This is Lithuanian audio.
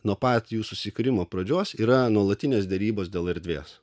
nuo pat jų susikūrimo pradžios yra nuolatinės derybos dėl erdvės